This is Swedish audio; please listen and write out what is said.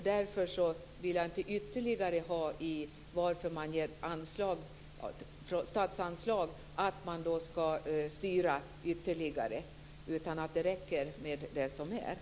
Därför vill jag inte ha med ytterligare motiveringar till att man ger statsanslag, och jag vill inte att man skall styra ytterligare. Det räcker med det som finns.